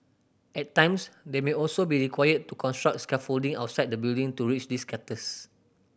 at times they may also be required to construct scaffolding outside the building to reach these captors